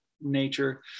nature